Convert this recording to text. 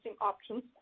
options